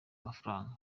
mafaranga